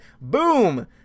boom